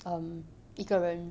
um 一个人